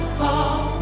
fall